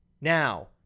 now